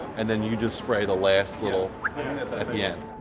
and then you just spray the last little at the end.